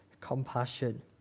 compassion